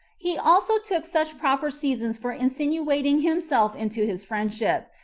he also took such proper seasons for insinuating himself into his friendship,